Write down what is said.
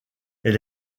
elle